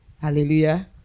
hallelujah